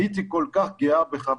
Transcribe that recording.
הייתי כל כך גאה בך,